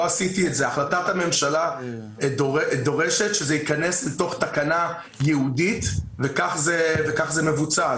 החלטת הממשלה דורשת שזה ייכנס לתוך תקנה ייעודית וכך זה מבוצע.